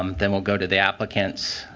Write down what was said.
um then we'll go to the applicants.